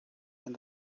and